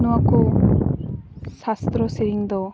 ᱱᱚᱣᱟ ᱠᱚ ᱥᱟᱥᱛᱨᱚ ᱥᱮᱨᱮᱧ ᱫᱚ